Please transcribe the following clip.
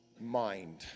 mind